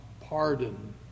pardon